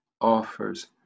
offers